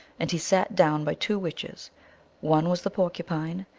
and he sat down by two witches one was the porcupine,